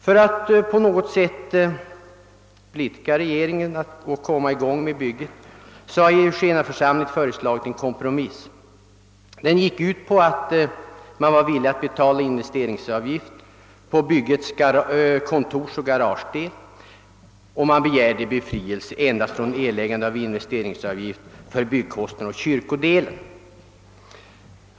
För att på något sätt blidka regeringen och komma i gång med bygget föreslog Eugeniaförsamlingen en kompromiss. Den gick ut på att man var .villig att betala investeringsavgift på byggets kontorsoch garagedel, och man begärde befrielse endast från erläggande av investeringsavgift för kyrkodelens byggkostnader.